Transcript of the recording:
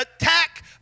attack